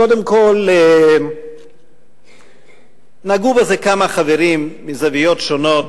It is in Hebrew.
קודם כול, נגעו בזה כמה חברים מזוויות שונות,